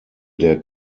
der